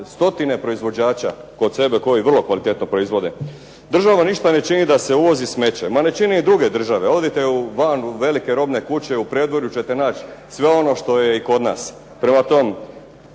stotine proizvođača kod sebe koji vrlo kvalitetno proizvode. Država ništa ne čini da se uvozi smeće. Ma ne čine ni druge države. Odite van u velike robne kuće. U predvorju ćete naći sve ono što je i kod nas. Prema tome,